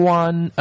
one